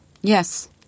Yes